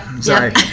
Sorry